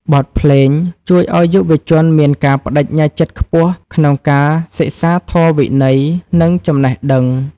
បទភ្លេងជួយឱ្យយុវជនមានការប្ដេជ្ញាចិត្តខ្ពស់ ក្នុងការសិក្សាធម៌វិន័យ និងចំណេះដឹង។